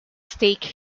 stake